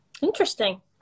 interesting